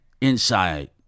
inside